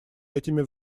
этими